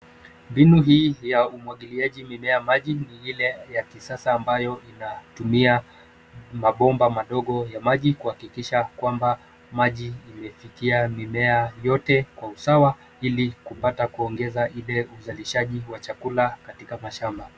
Mbinu hii ya umwagiliaji mimea maji ni ile ya kisasa ambayo inatumia mabomba madogo ya maji kuhakikisha kwamba maji imefikia mimea yote kwa usawa ili kupata kuongeza ile uzalishaji wa mimea katika mashamba.